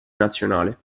nazionale